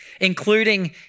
including